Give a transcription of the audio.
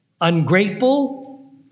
ungrateful